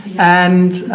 and